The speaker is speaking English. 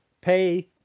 pay